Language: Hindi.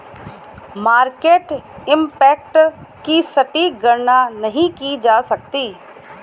मार्केट इम्पैक्ट की सटीक गणना नहीं की जा सकती